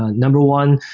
ah number one,